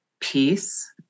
peace